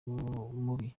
mubi